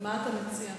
מה אתה מציע?